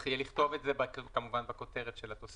צריך יהיה לכתוב את זה בכותרת של התוספת.